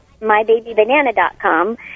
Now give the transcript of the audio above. mybabybanana.com